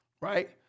Right